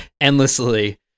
endlessly